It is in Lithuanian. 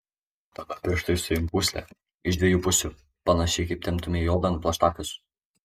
tada pirštais suimk pūslę iš dviejų pusių panašiai kaip temptumei odą ant plaštakos